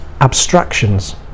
abstractions